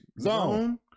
Zone